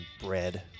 bread